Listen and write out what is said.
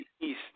East